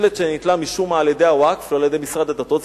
שלט שנתלה משום מה על-ידי הווקף ולא על-ידי משרד הדתות,